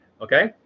okay